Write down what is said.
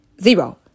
Zero